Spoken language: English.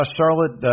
Charlotte